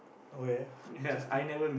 okay interesting